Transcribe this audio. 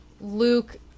Luke